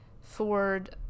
Ford